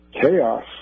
chaos